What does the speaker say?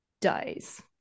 dies